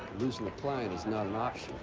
losing a client is not an option.